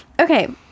Okay